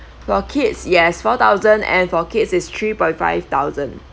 while kids yes four thousand and for kids is three point five thousand